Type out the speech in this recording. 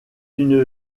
une